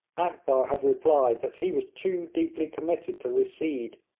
akbar had replied that he was too deeply committed to recede,